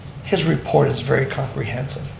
his report is very comprehensive.